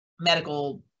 medical